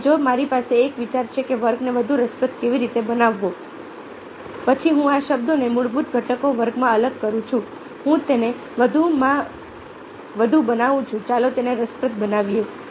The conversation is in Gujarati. તેથી જો મારી પાસે એક વિચાર છે કે વર્ગને વધુ રસપ્રદ કેવી રીતે બનાવવો પછી હું આ શબ્દોને મૂળભૂત ઘટકો વર્ગમાં અલગ કરું છું હું તેને વધુમાં બનાવું છું ચાલો તેને રસપ્રદ બનાવીએ